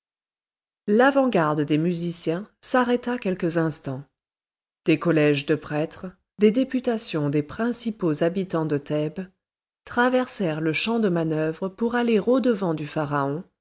l'avant-garde des musiciens s'arrêta quelques instants des collèges de prêtres des députations des principaux habitants de thèbes traversèrent le champ de manœuvre pour aller au-devant du pharaon